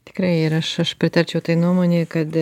tikrai ir aš aš pritarčiau tai nuomonei kad